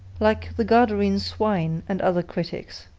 like the gadarene swine and other critics.